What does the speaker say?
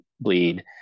bleed